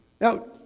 Now